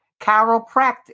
Chiropractic